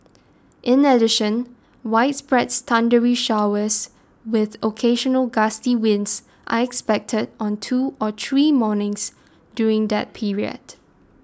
in addition widespread thundery showers with occasional gusty winds are expected on two or three mornings during that period